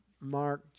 Mark